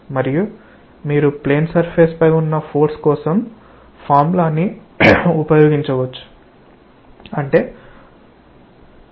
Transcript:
మరియు మీరు plane surface పై ఉన్న ఫోర్స్ కోసం సూత్రాన్ని ఉపయోగించవచ్చు